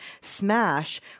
Smash